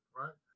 right